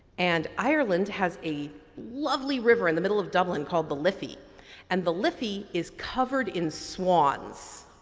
and ireland has a lovely river in the middle of dublin called the liffey and the liffey is covered in swans,